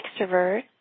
extrovert